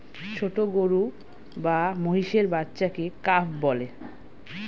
ছোট গরু বা মহিষের বাচ্চাকে কাফ বলে